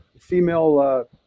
female